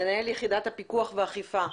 מנהל יחידת הפיקוח והאכיפה.